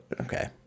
okay